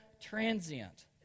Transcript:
transient